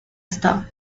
star